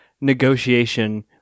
negotiation